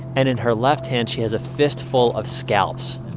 and in her left hand she has a fistful of scalps.